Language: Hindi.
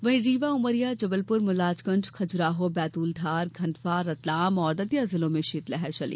वहीं रीवा उमरिया जबलपुर मजालखंड खजुराहो बैतूल धार खंडवा रतलाम और दतिया जिलों में शीतलहर चली